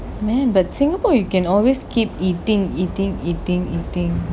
man but singapore you can always keep eating eating eating eating